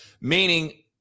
Meaning